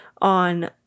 on